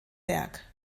berg